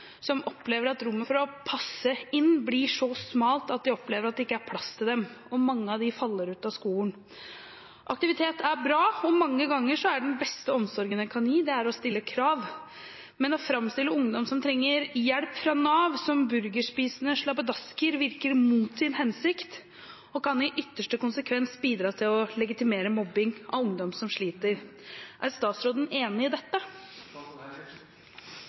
som opplever at rommet for å «passe inn» blir så smalt at de opplever det ikke er plass til dem, og mange faller ut av skolen. Aktivitet er bra, og mange ganger er den beste omsorgen en kan gi er å stille klare krav. Å fremstille ungdom som trenger hjelp fra Nav som burgerspisende slabbedasker, virker mot sin hensikt og kan i ytterste konsekvens bidra til å legitimere mobbing av ungdom som sliter. Er statsråden enig i dette?»